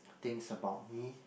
thinks about me